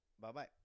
Bye-bye